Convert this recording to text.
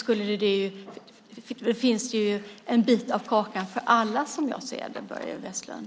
Det finns en bit av kakan för alla, Börje Vestlund.